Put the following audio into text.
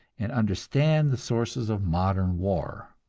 and understand the sources of modern war!